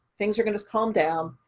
things are going to come down.